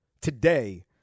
today